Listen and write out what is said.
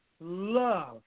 love